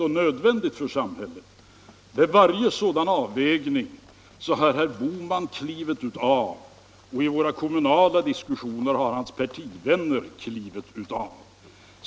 Men herr Bohman har vid varje sådan avvägning klivit av, och i våra kommunala diskussioner har hans partivänner klivit av.